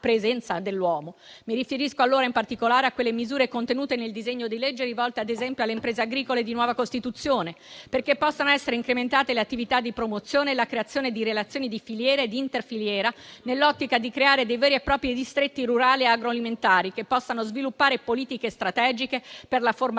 presenza dell'uomo. Mi riferisco allora in particolare a quelle misure contenute nel disegno di legge rivolte, ad esempio, alle imprese agricole di nuova costituzione, perché possano essere incrementate le attività di promozione e la creazione di relazioni di filiera e di interfiliera nell'ottica di creare dei veri e propri distretti rurali e agroalimentari che possano sviluppare politiche strategiche per la formazione